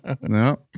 no